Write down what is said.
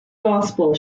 gospel